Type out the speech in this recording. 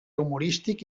humorístic